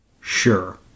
Sure